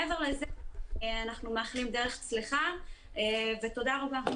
מעבר לזה, אנחנו מאחלים דרך צלחה ותודה רבה.